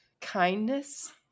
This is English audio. kindness